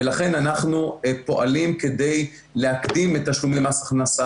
ולכן אנחנו פועלים כדי להקדים את תשלומי מס הכנסה